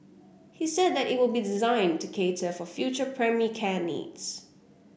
he said it will be designed to cater for future primary care needs